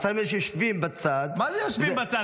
10 מיליארד שיושבים בצד --- מה זה יושבים בצד?